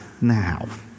now